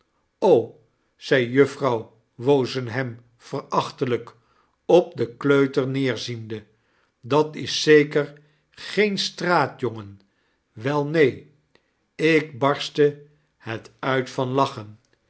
riep juffrouw wozenham verachtelijk op den kleuter neerziende dat is zeker geen straatjongen wel neen ik barstte het uit van lacheri